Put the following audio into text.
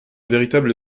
véritable